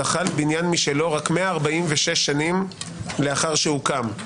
זכה לבניין משלו רק 146 שנים לאחר שהוקם.